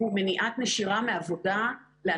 נכון שבכל הדעות הכלכליות אין פה איזה שהוא מהלך מקרו כלכלי,